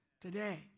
Today